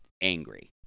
angry